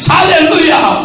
Hallelujah